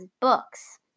books